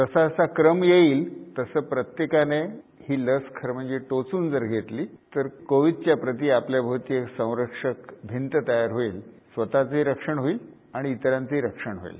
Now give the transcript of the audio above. जसाजसा क्रम येईल तसं प्रत्येकाने ही लस खर म्हणजे टोचून जर घेतली तर कोविडच्या प्रती आपल्या भोवती एक संरक्षक भिंत तयार होईल स्वतचही रक्षण होईल आणि ईतरांचही रक्षण होईल